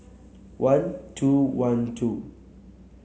one two one two